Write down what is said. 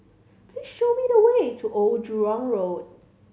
please show me the way to Old Jurong Road